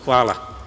Hvala.